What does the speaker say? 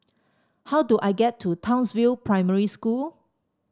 how do I get to Townsville Primary School